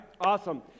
Awesome